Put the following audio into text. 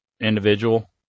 individual